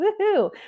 woohoo